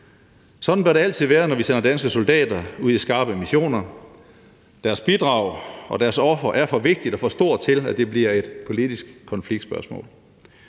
sådan bør det altid være, når vi sender danske soldater ud i skarpe missioner. Deres bidrag og deres offer er for vigtigt og for stort til, at det bliver et politisk konfliktspørgsmål.